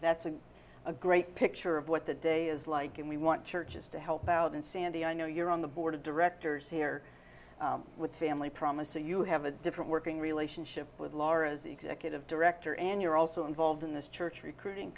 that's a great picture of what the day is like and we want churches to help out and sandy i know you're on the board of directors here with family promise and you have a different working relationship with laura's executive director and you're also involved in this church recruiting